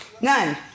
None